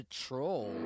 troll